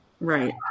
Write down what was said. Right